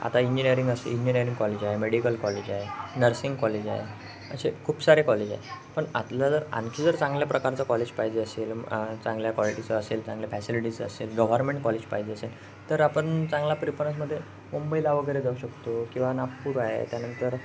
आता इंजिनीअरिंग असेल engineering college आहे मेडिकल कॉलेज आहे नर्सिंग कॉलेज आहे असे खूप सारे कॉलेज आहे पण आतलं जर आणखी जर चांगल्या प्रकारचा कॉलेज पाहिजे असेल चांगल्या क्वालिटीचं असेल चांगल्या फॅसिलिटीचं असेल गव्हर्नमेंट कॉलेज पाहिजे असेल तर आपण चांगला प्रेफरन्समध्ये मुंबईला वगैरे जाऊ शकतो किंवा नागपूर आहे त्यानंतर